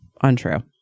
untrue